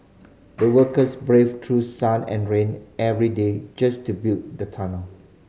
the workers braved through sun and rain every day just to build the tunnel